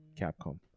Capcom